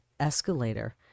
escalator